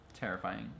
Terrifying